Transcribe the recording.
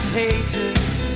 pages